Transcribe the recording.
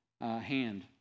hand